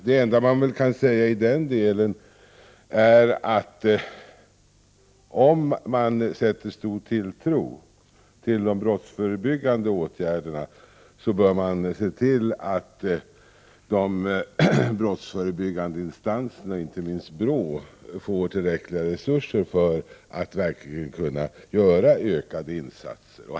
Det enda jag kan säga i den delen är att om man sätter stor tilltro till de brottsförebyggande åtgärderna bör man se till att de brottsförebyggande instanserna — inte minst BRÅ -— får tillräckliga resurser för att verkligen göra ökade insatser.